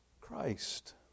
Christ